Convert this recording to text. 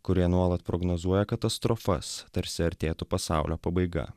kurie nuolat prognozuoja katastrofas tarsi artėtų pasaulio pabaiga